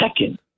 second